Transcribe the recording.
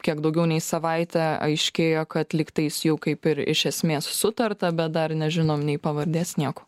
kiek daugiau nei savaitę aiškėjo kad lygtais jau kaip ir iš esmės sutarta bet dar nežinom nei pavardės nieko